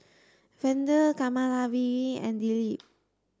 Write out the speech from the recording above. Vedre Kamaladevi and Dilip